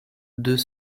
deux